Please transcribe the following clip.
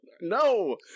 no